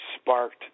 sparked